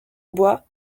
bois